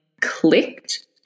clicked